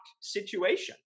situation